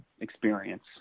experience